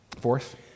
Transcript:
Fourth